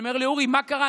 אני אומר לאורי: מה קרה?